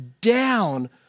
down